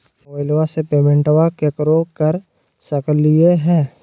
मोबाइलबा से पेमेंटबा केकरो कर सकलिए है?